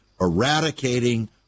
eradicating